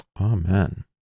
Amen